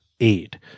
aid